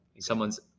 someone's